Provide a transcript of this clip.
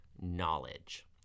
knowledge